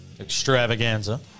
extravaganza